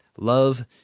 Love